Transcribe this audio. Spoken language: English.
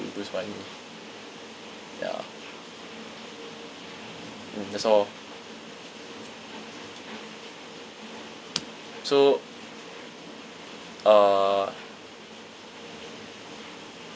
lose money ya mm that's all lor so uh